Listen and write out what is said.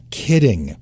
kidding